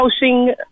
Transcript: Housing